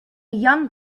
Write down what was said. young